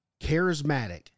charismatic